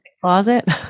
Closet